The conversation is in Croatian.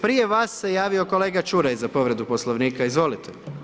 Prije vas se javio kolega Čuraj za povredu Poslovnika, izvolite.